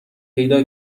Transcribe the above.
پیدا